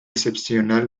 excepcional